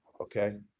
Okay